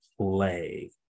play